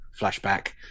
flashback